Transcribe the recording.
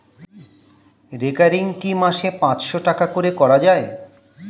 Recurring কি মাসে পাঁচশ টাকা করে করা যায়?